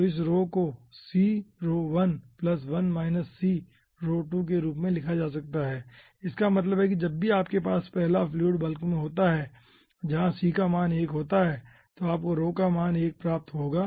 तो इस रो को के रूप में लिखा जा सकता है इसका मतलब है कि जब भी आपके पास पहला फ्लूइड बल्क में होता हैं जहां c का मान 1 होता है तो आपको रो का मान 1 प्राप्त होगा